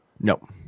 Nope